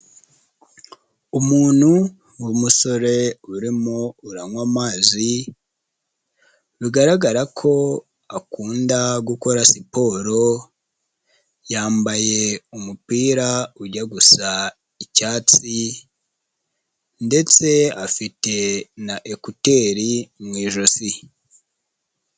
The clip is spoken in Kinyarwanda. Umuntu w'umusore urimo uranywa amazi bigaragara ko akunda gukora siporo, yambaye umupira ujya gusa icyatsi ndetse afite na ekuteri mu ijosi.